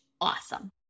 Awesome